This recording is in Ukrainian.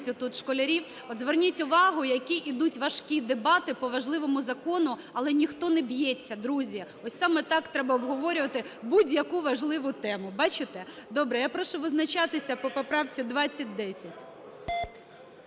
Ось саме так треба обговорювати будь-яку важливу тему, бачите! Добре. Я прошу визначатися по поправці 2010.